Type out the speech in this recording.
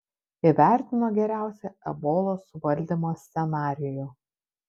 įvertino geriausią ebolos suvaldymo scenarijų